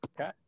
Okay